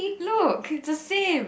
look it's the same